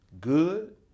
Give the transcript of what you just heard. good